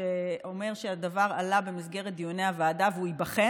שאומר שהדבר עלה במסגרת דיוני הוועדה והוא ייבחן.